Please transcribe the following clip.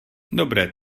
dobré